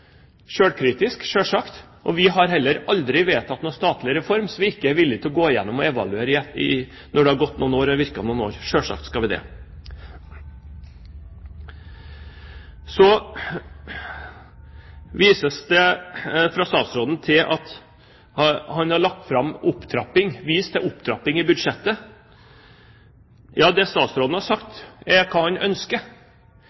Vi har heller aldri vedtatt en statlig reform som vi ikke har vært villig til å gå igjennom og evaluere i ettertid, når den har virket noen år. Selvsagt skal vi det. Så viser statsråden til en opptrapping i budsjettet. Det statsråden har sagt, er hva han ønsker. Stortinget har ikke fått seg forelagt noen form for opptrappingsplan i